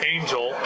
Angel